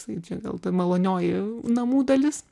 tai čia gal ta malonioji namų dalis